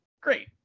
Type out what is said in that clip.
Great